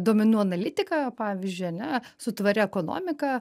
duomenų analitika pavyzdžiui ane su tvaria ekonomika